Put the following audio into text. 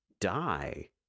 die